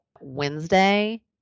Wednesday